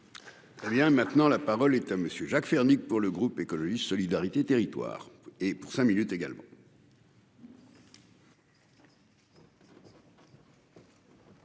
Merci. Rien. Maintenant, la parole est à monsieur Jacques Fernique. Pour le groupe écologiste solidarité et territoires et pour cinq minutes également.